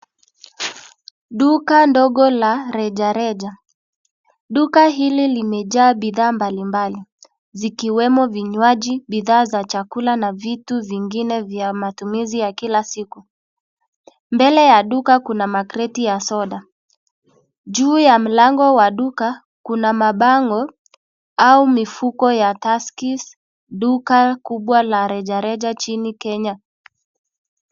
Duka ndogo la reja reja. Duka hili limejaa bidhaa mbalimbali zikiwemo vinywaji, bidhaa za chakula na vitu zingine vya matumizi ya kila siku. Mbele ya Duka kuna makreti ya soda . Juu ya mlango wa Duka, kuna mabango au mifugo ya Turskeys, Duka kubwa la reja reja nchini Kenya.